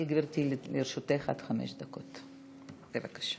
לרשותך עד חמש דקות, בבקשה.